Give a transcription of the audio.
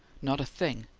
not a thing.